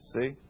See